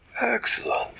Excellent